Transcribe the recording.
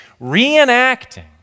reenacting